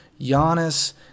Giannis